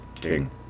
King